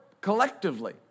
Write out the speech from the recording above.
collectively